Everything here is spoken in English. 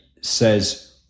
says